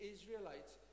Israelites